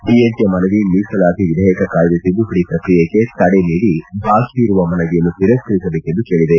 DMK ಮನವಿ ಮೀಸಲಾತಿ ವಿಧೇಯಕ ಕಾಯ್ದೆ ತಿದ್ದುಪಡಿ ಪ್ರಕ್ರಿಯೆಗೆ ತಡೆ ನೀಡಿ ಬಾಕಿ ಇರುವ ಮನವಿಯನ್ನು ತಿರಸ್ತರಿಸಬೇಕೆಂದು ಕೇಳಿದೆ